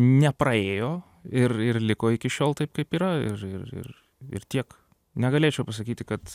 nepraėjo ir ir liko iki šiol taip kaip yra ir ir ir ir tiek negalėčiau pasakyti kad